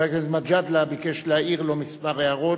הכנסת מג'אדלה ביקש להעיר לו כמה הערות,